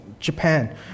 Japan